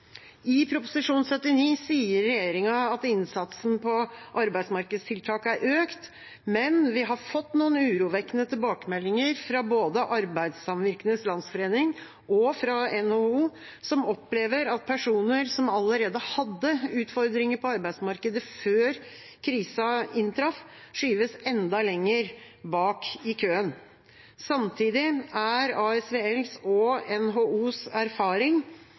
I Prop. 79 S sier regjeringa at innsatsen på arbeidsmarkedstiltak er økt, men vi har fått noen urovekkende tilbakemeldinger både fra Arbeidssamvirkenes Landsforening og fra NHO, som opplever at personer som allerede hadde utfordringer på arbeidsmarkedet før krisen inntraff, skyves enda lenger bak i køen. Samtidig er ASVLs og NHOs erfaring